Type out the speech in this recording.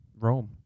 Rome